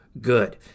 good